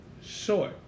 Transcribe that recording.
Short